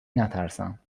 نترسم